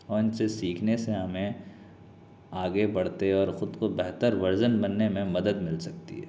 اور ان سے سیکھنے سے ہمیں آگے بڑھتے اور خود کو بہتر ورزن بننے میں مدد مل سکتی ہے